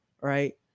right